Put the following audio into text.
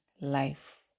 Life